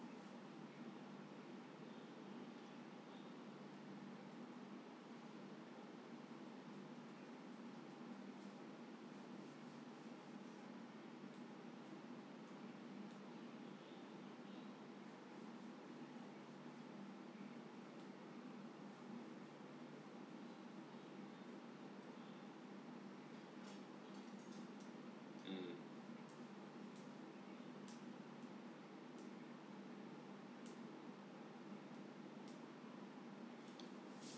mm